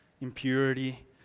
Impurity